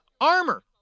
armor